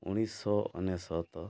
ଉଣେଇଶହ ଅନେଶ୍ୱତ